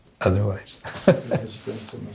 otherwise